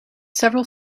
several